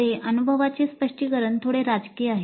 पुढे अनुभवाचे स्पष्टीकरण थोडे राजकीय आहे